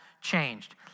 changed